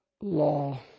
law